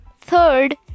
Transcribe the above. Third